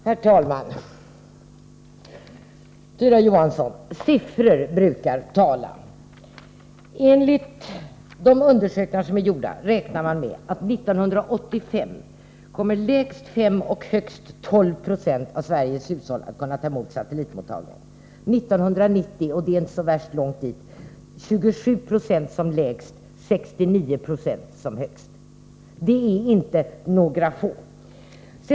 Herr talman! Siffror brukar tala, Tyra Johansson. Enligt de undersökningar som är gjorda räknar man med att 1985 kommer lägst 5 96 och högst 12 Io av Sveriges hushåll att kunna ta emot satellitsändningar. 1990, och det är inte så värst långt dit, räknar man med 27 96 som lägst och 69 96 som högst. Det är inte några få.